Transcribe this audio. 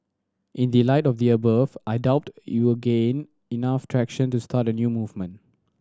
in the light of the above I doubt you will gain enough traction to start a new movement